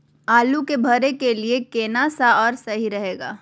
आलू के भरे के लिए केन सा और सही रहेगा?